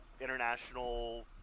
international